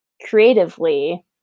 creatively